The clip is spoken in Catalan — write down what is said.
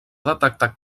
detectat